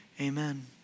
amen